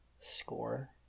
score